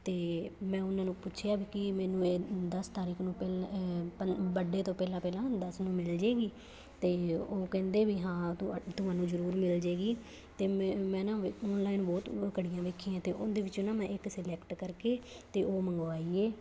ਅਤੇ ਮੈਂ ਉਹਨਾਂ ਨੂੰ ਪੁੱਛਿਆ ਵੀ ਕੀ ਮੈਨੂੰ ਇਹ ਦਸ ਤਾਰੀਕ ਨੂੰ ਪਹਿਲ ਬਰਡੇ ਤੋਂ ਪਹਿਲਾਂ ਪਹਿਲਾਂ ਦਸ ਨੂੰ ਮਿਲ ਜਾਵੇਗੀ ਅਤੇ ਉਹ ਕਹਿੰਦੇ ਵੀ ਹਾਂ ਤੁ ਤੁਹਾਨੂੰ ਜ਼ਰੂਰ ਮਿਲ ਜਾਵੇਗੀ ਅਤੇ ਮੈਂ ਮੈਂ ਨਾ ਓਨਲਾਈਨ ਬਹੁਤ ਘੜੀਆਂ ਵੇਖੀਆਂ ਅਤੇ ਉਹਦੇ ਵਿੱਚੋਂ ਨਾ ਮੈਂ ਇੱਕ ਸਿਲੈਕਟ ਕਰਕੇ ਅਤੇ ਉਹ ਮੰਗਵਾਈ ਹੈ